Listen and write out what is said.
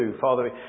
Father